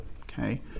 Okay